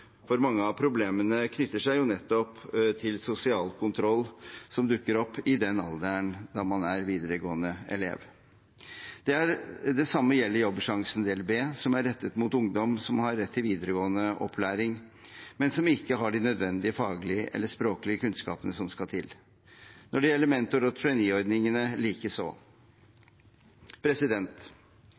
iøynefallende. Mange av problemene knytter seg nettopp til sosial kontroll som dukker opp i den alderen man er elev på videregående. Det samme gjelder Jobbsjansen del B, som er rettet mot ungdom som har rett til videregående opplæring, men som ikke har de nødvendige faglige eller språklige kunnskapene som skal til, likeså når det gjelder mentor- og